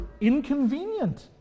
inconvenient